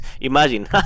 Imagine